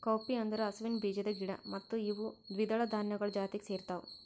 cowpea ಅಂದುರ್ ಹಸುವಿನ ಬೀಜದ ಗಿಡ ಮತ್ತ ಇವು ದ್ವಿದಳ ಧಾನ್ಯಗೊಳ್ ಜಾತಿಗ್ ಸೇರ್ತಾವ